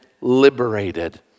liberated